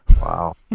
wow